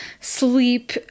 sleep